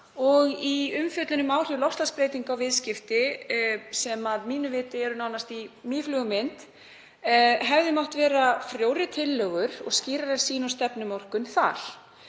Og í umfjöllun um áhrif loftslagsbreytinga á viðskipti, sem að mínu viti er nánast í mýflugumynd, hefðu mátt vera frjórri tillögur og skýrari sýn á stefnumörkun.